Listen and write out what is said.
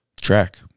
track